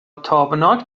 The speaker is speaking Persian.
تابناک